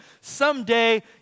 someday